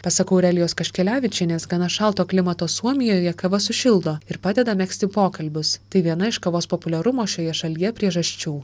pasak aurelijos kaškelevičienės gana šalto klimato suomijoje kava sušildo ir padeda megzti pokalbius tai viena iš kavos populiarumo šioje šalyje priežasčių